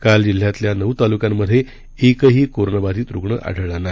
काल जिल्ह्यातल्या नऊ तालुक्यांमधे एकही कोरोनाबाधित रुग्ण आढळला नाही